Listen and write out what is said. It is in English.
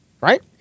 Right